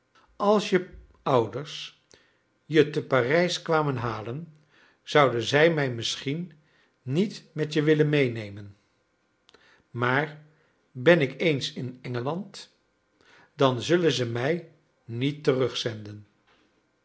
als je ouders je te parijs kwamen halen zouden zij mij misschien niet met je willen meenemen maar ben ik eens in engeland dan zullen zij mij niet